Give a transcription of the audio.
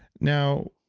now,